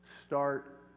Start